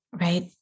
right